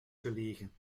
gelegen